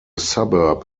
suburb